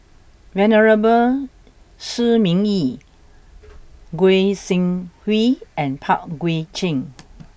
Venerable Shi Ming Yi Goi Seng Hui and Pang Guek Cheng